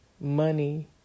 money